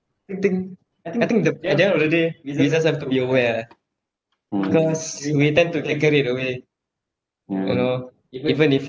I think I think the at the end of the day we just have to be aware ah because we tend to get carried away you know even if